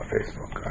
Facebook